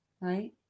right